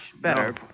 better